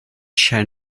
share